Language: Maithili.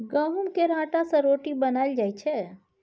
गहुँम केर आँटा सँ रोटी बनाएल जाइ छै